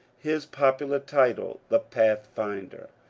his popular title, the pathfinder,